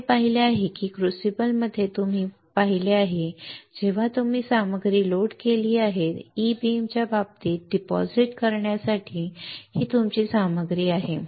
आम्ही पाहिले आहे की क्रुसिबलमध्ये तुम्ही पाहिले आहे की तुम्ही सामग्री लोड केली आहे ई बीमच्या बाबतीत जमा करण्यासाठी ही तुमची सामग्री आहे